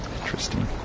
Interesting